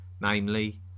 namely